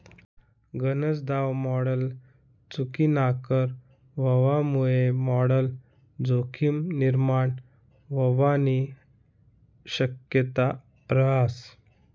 गनज दाव मॉडल चुकीनाकर व्हवामुये मॉडल जोखीम निर्माण व्हवानी शक्यता रहास